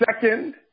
Second